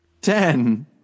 ten